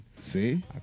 See